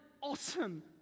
awesome